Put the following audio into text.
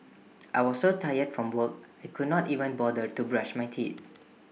I was so tired from work I could not even bother to brush my teeth